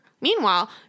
meanwhile